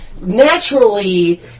naturally